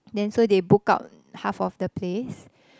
then so they book up half of the place